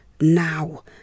now